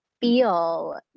feel